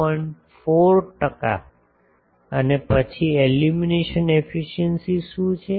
4 ટકા અને પછી એલ્યુમિનેશન એફિસિએંસી શું છે